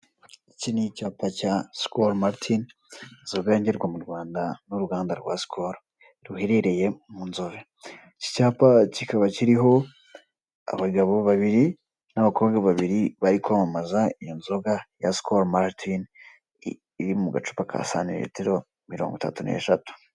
Iki ni icyapa cya Skol Martin, inzoga yengerwa mu Rwanda n'uruganda rwa Skol ruherereye mu Nzove, iki cyapa kikaba kiriho abagabo babiri n'abakobwa babiri bari kwamamaza iyo nzoga ya Skol Martin iri mu gacupa ka santimetero mirongo itatu n'eshatu.